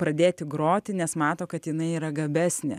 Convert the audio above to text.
pradėti groti nes mato kad jinai yra gabesnė